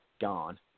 gone